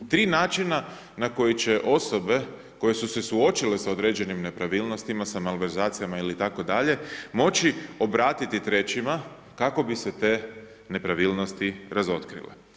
Tri načina na koji će osobe koje su se suočile s određenim nepravilnostima, sa malverzacijama ili tako dalje moći obratiti trećima kako bi se te nepravilnosti razotkrile.